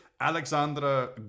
Alexandra